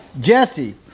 Jesse